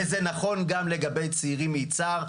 וזה נכון גם לגבי צעירים מיצהר,